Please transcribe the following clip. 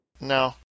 No